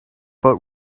but